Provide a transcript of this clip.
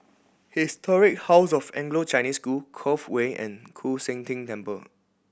Historic House of Anglo Chinese School Cove Way and Koon Seng Ting Temple